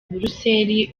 buruseli